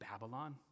Babylon